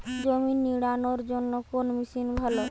জমি নিড়ানোর জন্য কোন মেশিন ভালো?